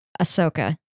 Ahsoka